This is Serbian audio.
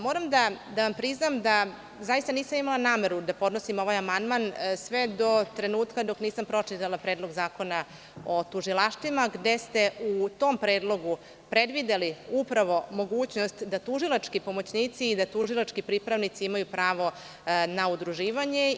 Moram da vam priznam da zaista nisam imala nameru da podnosim ovaj amandman sve do trenutka dok nisam pročitala Predlog zakona otužilaštvima gde ste u tom predlogu predvideli upravo mogućnost da tužilački pomoćnici i da tužilački pripravnici imaju pravo na udruživanje.